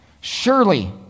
Surely